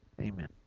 Amen